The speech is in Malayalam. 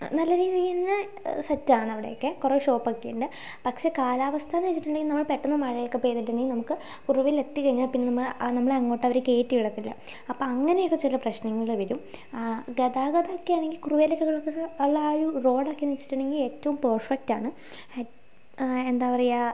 നല്ല രീതിയിൽ തന്നെ സെറ്റാണ് അവിടെയൊക്കെ കുറേ ഷോപ്പൊക്കെയുണ്ട് പക്ഷെ കാലാവസ്ഥയെന്ന് വച്ചിട്ടുണ്ടെങ്കിൽ നമ്മൾ പെട്ടന്ന് മഴയൊക്കെ പെയ്തിട്ടുണ്ടെങ്കിൽ നമുക്ക് കുറുവയിലെത്തിക്കഴിഞ്ഞാൽ പിന്നെ നമ്മളെ ആ നമ്മളെ അങ്ങോട്ട് അവർ കയറ്റി വിടത്തില്ല അപ്പോൾ അങ്ങനെയൊക്കെ ചില പ്രശ്നങ്ങൾ വരും ആ ഗതാഗതം ഒക്കെയാണെങ്കിൽ കുറുവയിലേക്കുള്ള ആ ഒരു റോഡൊക്കെയെന്നു വച്ചിട്ടുണ്ടെങ്കിൽ ഏറ്റവും പെർഫെക്റ്റ് ആണ് എന്താ പറയുക